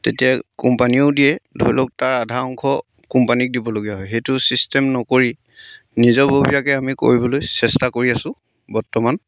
তেতিয়া কোম্পানীয়েও দিয়ে ধৰি লওক তাৰ আধা অংশ কোম্পানীক দিবলগীয়া হয় সেইটো চিষ্টেম নকৰি নিজাববীয়াকৈ আমি কৰিবলৈ চেষ্টা কৰি আছোঁ বৰ্তমান